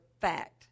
fact